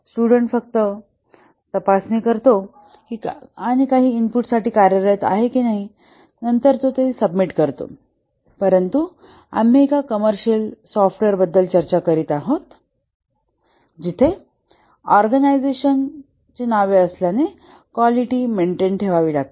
student फक्त तपासणी करतो की तो काही इनपुटसाठी कार्यरत आहे आणि नंतर तो सबमिटकरतो परंतु आम्ही एका कमर्सियल सॉफ्टवेअर बद्दल चर्चा करीत आहोत जिथे ऑर्गनायझेशन्स नावे असल्याने क्वॉलिटी मेंटेन ठेवावी लागते